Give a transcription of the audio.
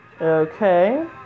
okay